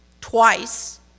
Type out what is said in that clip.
twice